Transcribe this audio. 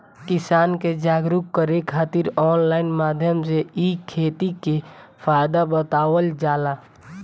किसान के जागरुक करे खातिर ऑनलाइन माध्यम से इ खेती के फायदा बतावल जाला